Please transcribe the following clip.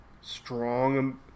strong